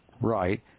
right